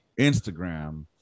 Instagram